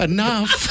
Enough